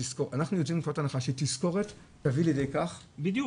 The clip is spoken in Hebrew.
אנחנו יוצאים מנקודת הנחה שתזכורת תביא לידי כך --- בדיוק,